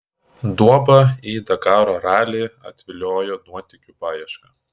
duobą į dakaro ralį atviliojo nuotykių paieška